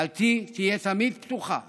דלתי תהיה תמיד פתוחה